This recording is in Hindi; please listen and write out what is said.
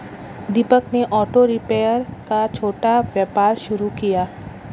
दीपक ने ऑटो रिपेयर का छोटा व्यापार शुरू किया